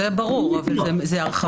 זה ברור, אבל זאת הרחבה.